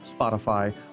Spotify